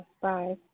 Bye